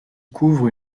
couvrent